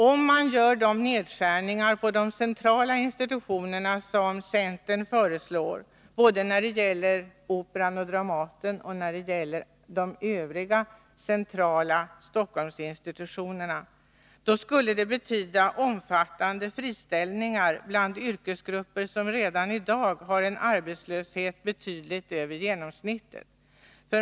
Om man gör de nedskärningar på de centrala institutionerna som centern föreslår både när det gäller Operan och Dramaten och när det gäller de övriga centrala Stockholmsinsitutionerna, skulle det medföra omfattande friställningar bland yrkesgrupper som redan i dag har en arbetslöshet betydligt över genomsnittet.